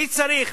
מי צריך?